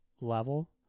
level